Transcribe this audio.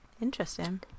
Interesting